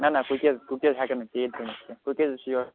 نہَ نہَ cookies cookies ہٮ۪کن نہٕ تیٖتۍ بٔنِتھ کیٚنٛہہ کوکیزس چھِ حظ یورٕ